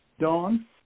dawn